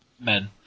men